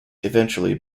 eventually